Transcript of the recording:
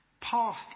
past